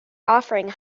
offering